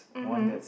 mmhmm